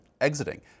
exiting